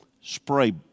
spray